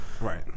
Right